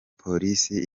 polisi